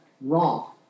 wrong